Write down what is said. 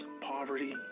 poverty